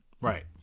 Right